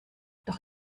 doch